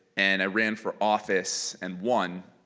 and i ran for office and won.